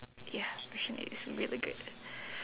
ya ocean eight it's really good